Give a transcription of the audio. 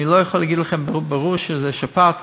אני לא יכול להגיד לכם שברור שזו שפעת,